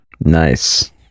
Nice